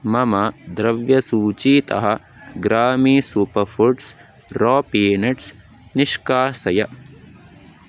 मम द्रव्यसूचीतः ग्रामी सूपर्फ़ुड्स् रा पीनट्स् निष्कासय